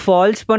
False